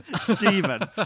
Stephen